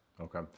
Okay